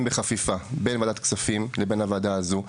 בחפיפה בין ועדת הכספים לבין הוועדה הזו.